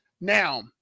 now